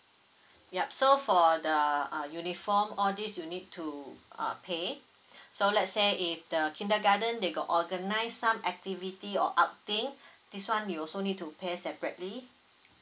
yup so for the uh uniform all these you need to uh pay so let say if the kindergarten they got organize some activity or up thing this one you also need to pay separately